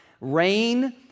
rain